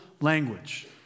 language